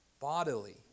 bodily